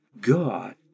God